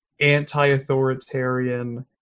anti-authoritarian